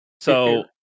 So-